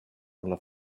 olla